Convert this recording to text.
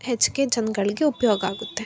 ಹೆಚ್ಚಿಗೆ ಜನಗಳ್ಗೆ ಉಪಯೋಗ ಆಗುತ್ತೆ